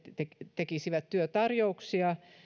tekisivät työtarjouksia